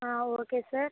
ఆ okay sir